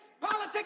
Politics